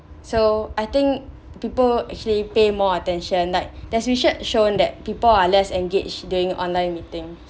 so I think people actually pay more attention like there's research shown that people are less engaged during online meeting